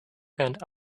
and